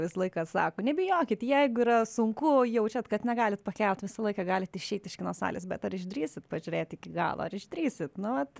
visą laiką sako nebijokit jeigu yra sunku jaučiat kad negalit pakelt visą laiką galit išeit iš kino salės bet ar išdrįsit pažiūrėt iki galo ar išdrįsit nu vat